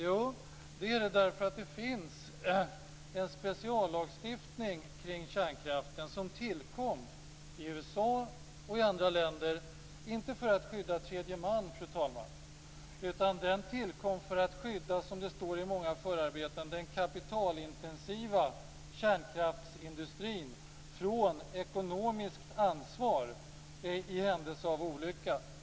Jo, det är därför att det finns en speciallagstiftning kring kärnkraften som tillkom i USA och i andra länder, inte för att skydda tredje man utan den tillkom - som det står i förarbetena - för att skydda den kapitalintensiva kärnkraftsindustrin från ekonomiskt ansvar i händelse av olycka.